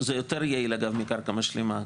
זה יותר יעיל, אגב, מקרקע משלימה.